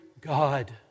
God